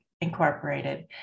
Incorporated